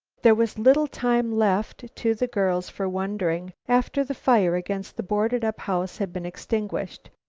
there was little time left to the girls for wondering after the fire against the boarded-up house had been extinguished,